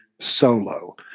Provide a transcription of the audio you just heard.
solo